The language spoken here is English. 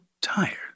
tired